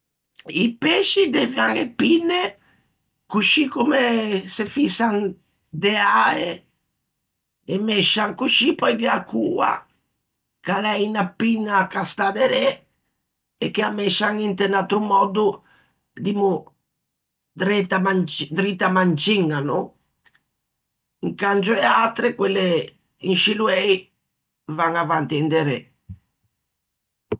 I pesci deuvian e pinne, coscì comme se fïsan de ae; ê mescian coscì, pöi gh'é a coa, ch'a l'é unna pinna ch'a stà derê e che â mescian inte un atro mòddo, dimmo dreta manci- drita manciña no. Incangio e atre, quelle in scî loei, van avanti e inderê.